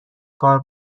کار